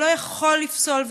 זה לא יכול לפסול,